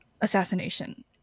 assassination